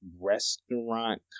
restaurant